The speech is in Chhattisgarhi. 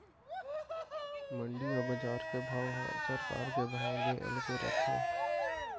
मंडी अउ बजार के भाव ह सरकार के भाव ले अलगे रहिथे